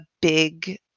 big